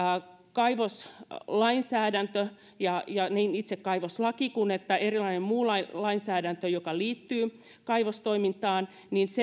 kaivoslainsäädäntö niin itse kaivoslaki kuin erilainen muu lainsäädäntö joka liittyy kaivostoimintaan